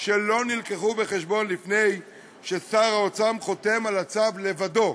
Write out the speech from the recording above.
שלא נלקחו בחשבון לפני ששר האוצר חותם על הצו לבדו.